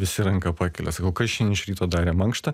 visi ranką pakelia sakau kas šian iš ryto darė mankštą